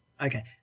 Okay